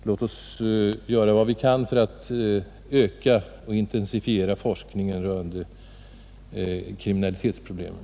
Låt oss göra vad vi kan för att öka och intensifiera forskningen rörande kriminalitetsproblemen!